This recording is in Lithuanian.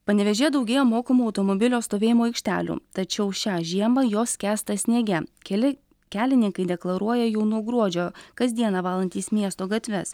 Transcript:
panevėžyje daugėja mokamų automobilio stovėjimo aikštelių tačiau šią žiemą jos skęsta sniege keli kelininkai deklaruoja jau nuo gruodžio kas dieną valantys miesto gatves